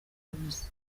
yavuze